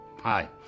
Hi